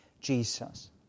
Jesus